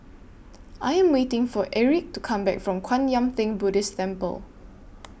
I Am waiting For Aric to Come Back from Kwan Yam Theng Buddhist Temple